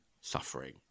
suffering